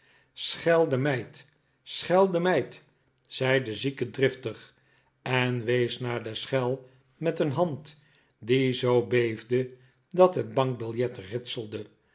de meid schel de meid zei de zieke driftig en wees naar de schel met een hand die zoo beefde dat het bankbiljet ritselde